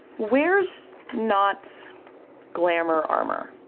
where's nott's glamor armor?